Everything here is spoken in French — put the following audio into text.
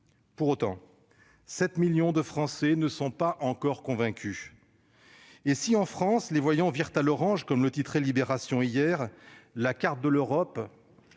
Pour autant, 7 millions de Français ne sont pas encore convaincus. Si, en France, « les voyants virent au orange », comme le titrait hier, la carte de l'Europe,